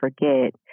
forget